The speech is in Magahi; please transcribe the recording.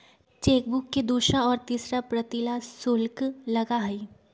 चेकबुक के दूसरा और तीसरा प्रति ला शुल्क लगा हई